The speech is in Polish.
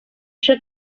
się